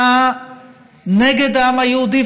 שנעשה נגד העם היהודי,